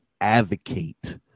advocate